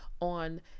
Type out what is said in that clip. on